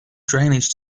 drainage